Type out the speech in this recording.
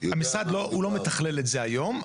המשרד לא מתכלל את זה היום.